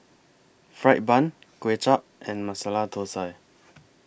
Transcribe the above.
Fried Bun Kway Chap and Masala Thosai